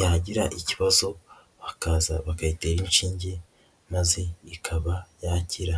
yagira ikibazo bakaza bakayitera inshinge maze ikaba yakira.